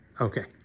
Okay